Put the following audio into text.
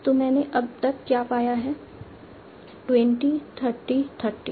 तो मैंने अब तक क्या पाया है 20 30 30